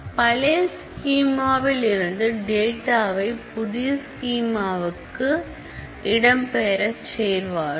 பழைய ஸ்கிமாவில் இருந்து டேட்டாவை புதிய ஸ்கிமாவுக்கு டேட்டாவை இடம்பெயரச் செய்வார்கள்